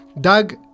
doug